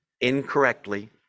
incorrectly